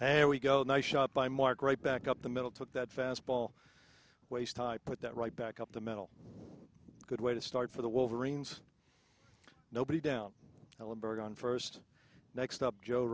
there we go nice shot by mark right back up the middle took that fastball waist high put that right back up the middle good way to start for the wolverines nobody down ellenberg on first next up joe